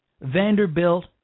Vanderbilt